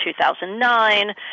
2009